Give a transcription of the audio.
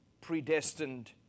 predestined